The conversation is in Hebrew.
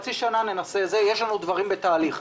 יש לנו דברים בתהליך.